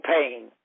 pain